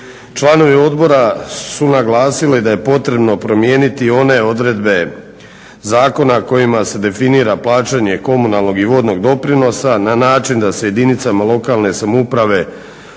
Članovi odbora su naglasili da je potrebno promijeniti i one odredbe zakona kojima se definira plaćanje komunalnog i vodnog doprinosa na način da se jedinicama lokalne samouprave